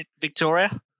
Victoria